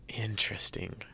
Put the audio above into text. Interesting